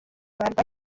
barwanye